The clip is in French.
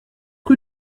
rue